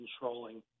controlling